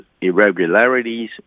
irregularities